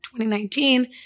2019